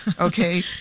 okay